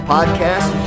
Podcast